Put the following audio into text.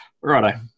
Righto